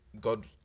God